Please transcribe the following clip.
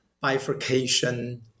bifurcation